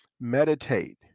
meditate